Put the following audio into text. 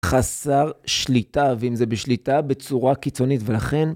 חסר שליטה, ואם זה בשליטה, בצורה קיצונית, ולכן...